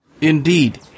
Indeed